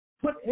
put